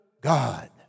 God